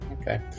okay